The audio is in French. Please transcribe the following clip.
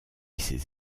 ses